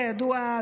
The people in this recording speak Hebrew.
כידוע,